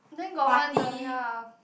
then got one the ya